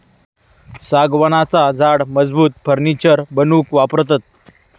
सागवानाचा झाड मजबूत फर्नीचर बनवूक वापरतत